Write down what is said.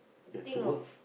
think of